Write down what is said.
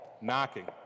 knocking